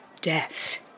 death